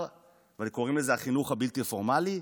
בצעירותו, קוראים לזה חינוך בלתי פורמלי,